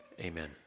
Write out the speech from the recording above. Amen